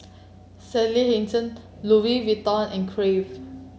Sally Hansen Loui Vuitton and Crave